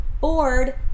bored